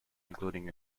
including